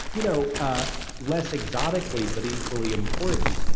you know ah less exotically but equally important,